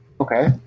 Okay